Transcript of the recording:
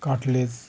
cartilage